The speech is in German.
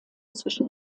zwischen